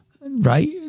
right